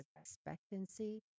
expectancy